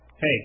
Hey